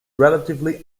relatively